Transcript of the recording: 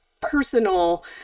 personal